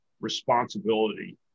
responsibility